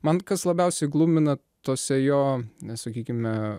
man kas labiausiai glumina tose jo sakykime